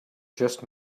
just